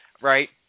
right